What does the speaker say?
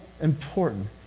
important